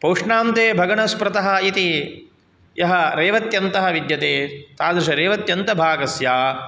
पौष्णान्ते भगणः स्मृतः इति यः रेवत्यन्तः विद्यते तादृशरेवत्यन्तभागस्य